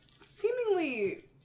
seemingly